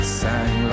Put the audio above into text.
sang